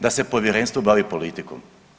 Da se Povjerenstvo bavi politikom.